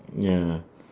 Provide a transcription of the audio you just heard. ya